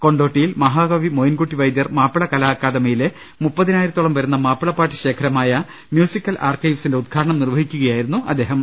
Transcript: കൊണ്ടോട്ടിയിൽ മഹാകവി മോയിൻകുട്ടി വൈദ്യർ മാപ്പിള കലാഅക്കാദമിയിലെ മുപ്പതിനായിരത്തോളം വരുന്ന മാപ്പിളപ്പാട്ട് ശേഖരമായ മ്യൂസിക്കൽ ആർകൈവ്സിന്റെ ഉദ്ഘാടനം നിർവഹിക്കുകയായി രുന്നു അദ്ദേഹം